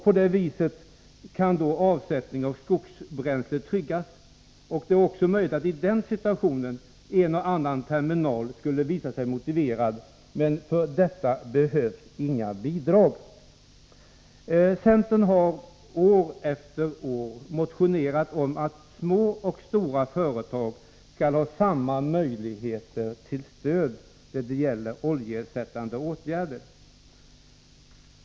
På det viset kan avsättningen av skogsbränsle tryggas. Det är i den situationen också möjligt att en och annan terminal kan visa sig motiverad, men för detta behövs inga bidrag. Centern har år efter år motionerat om att små och stora företag skall ha samma möjligheter till stöd när det gäller oljeersättande åtgärder.